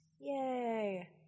Yay